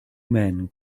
men